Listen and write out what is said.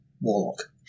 warlock